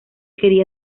quería